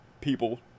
people